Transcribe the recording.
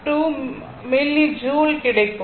2 millijoule கிடைக்கும்